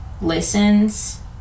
listens